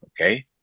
okay